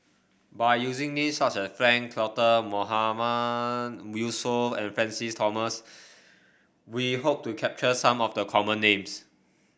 by using names such as Frank Cloutier Mahmood Yusof and Francis Thomas we hope to capture some of the common names